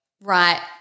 right